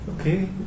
okay